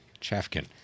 Chafkin